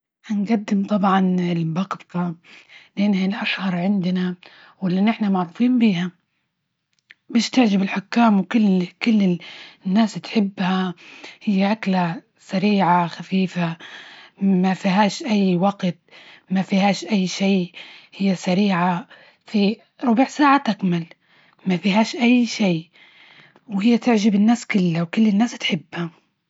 هنجدم طبعا المبكبكة. لأنها الأشهر عندنا واللي نحنا معروفين بيها. بيستعجب الحكام وكل- كل الناس تحبها، هي أكله سريعة، خفيفة، ما فيهاش أي وقت، ما فيهاش أي شي، هي سريعة في ربع ساعة تكمل ما فيهاش أى شي، وهى تعجب الناس كلها، وكل الناس تحبها.